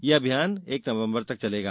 यह अभियान एक नवंबर तक चलेगा